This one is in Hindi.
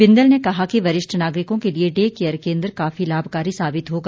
बिंदल ने कहा कि वरिष्ठ नागरिकों के लिए डे केयर केन्द्र काफी लाभकारी साबित होगा